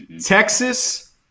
Texas